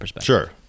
Sure